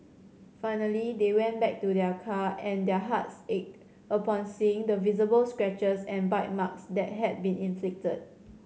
finally they went back to their car and their hearts ached upon seeing the visible scratches and bite marks that had been inflicted